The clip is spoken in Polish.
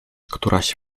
któraś